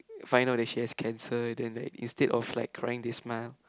find out that she has cancer then like instead of like crying they smile